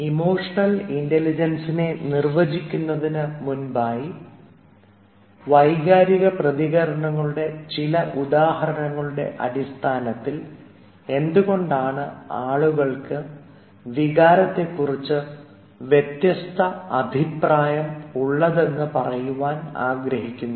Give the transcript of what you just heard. emotional ഇൻറലിജൻസിനെ നിർവചിക്കുന്നതിന് മുമ്പായി വൈകാരിക പ്രതികരണങ്ങളുടെ ചില ഉദാഹരണങ്ങൾ അടിസ്ഥാനത്തിൽ എന്തുകൊണ്ടാണ് ആളുകൾക്ക് വികാരത്തെ കുറിച്ച് വ്യത്യസ്ത അഭിപ്രായം ഉള്ളതെന്ന് പറയുവാൻ ആഗ്രഹിക്കുന്നു